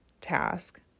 task